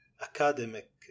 academic